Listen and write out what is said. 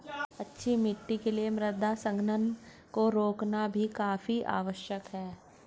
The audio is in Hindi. अच्छी मिट्टी के लिए मृदा संघनन को रोकना भी काफी आवश्यक है